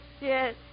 Yes